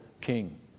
king